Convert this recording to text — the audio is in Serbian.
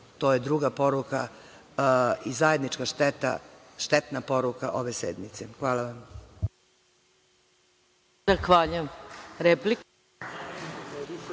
to je druga poruka i zajednička štetna poruka ove sednice. Hvala vam. **Maja